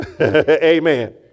Amen